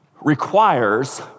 requires